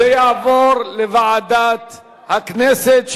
הצעת החוק נתקבלה בקריאה ראשונה ותועבר לוועדת העבודה,